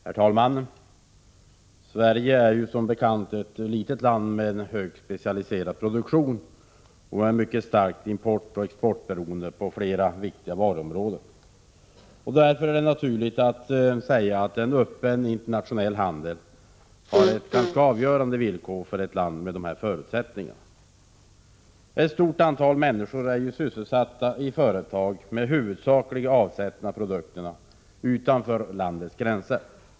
Herr talman! Sverige är som bekant ett litet land med högt specialiserad produktion och med ett mycket starkt importoch exportberoende på flera varuområden. En öppen internationell handel är ett avgörande villkor för ett land med dessa förutsättningar. Ett stort antal människor är sysselsatta i företag med huvudsaklig avsättning av produkterna utanför landets gränser.